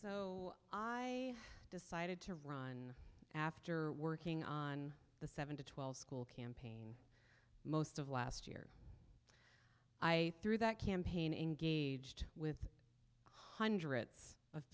so i decided to run after working on the seven to twelve school campaign most of last year i through that campaign engaged with hundreds of